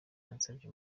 yansabye